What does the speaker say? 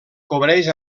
cobreix